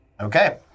Okay